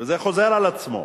וזה חוזר על עצמו.